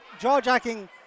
jawjacking